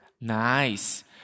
Nice